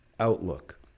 outlook